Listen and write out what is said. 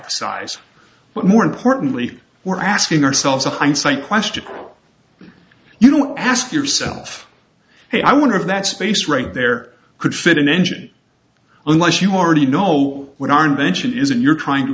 size but more importantly we're asking ourselves a hindsight question you don't ask yourself hey i wonder if that space right there could fit an engine unless you already know what our invention is and you're trying to